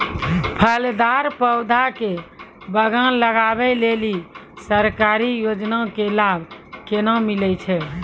फलदार पौधा के बगान लगाय लेली सरकारी योजना के लाभ केना मिलै छै?